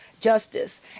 justice